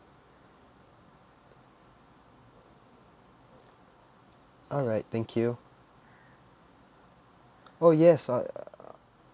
alright thank you oh yes I